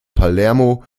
palermo